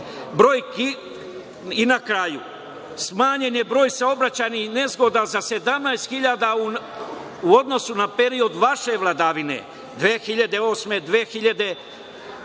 ili ne? Na kraju, smanjen je broj saobraćajnih nezgoda za 17.000 u odnosu na period vaše vladavine 2008 - 2012.